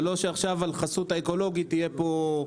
זה לא שעכשיו על חסות האקולוגי יהיה פה,